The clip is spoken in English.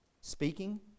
speaking